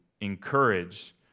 encourage